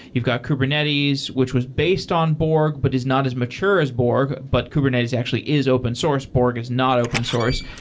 you've got kubernetes, which was based on borg, but is not as mature as borg, but kubernetes actually is open source. borg is not open source.